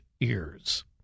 ears